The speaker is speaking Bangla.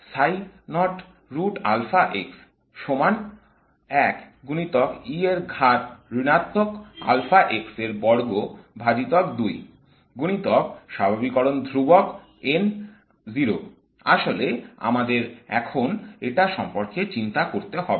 সমান 1 গুণিতক e এর ঘাত ঋণাত্মক আলফা x এর বর্গ ভাজিতক 2 - গুণিতক স্বাভাবিকীকরণ ধ্রুবক N 0 আসলে আমাদের এখন এটা সম্পর্কে চিন্তা করতে হবে না